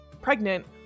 pregnant